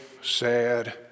sad